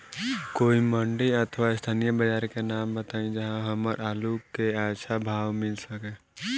कोई मंडी अथवा स्थानीय बाजार के नाम बताई जहां हमर आलू के अच्छा भाव मिल सके?